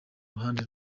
ruhande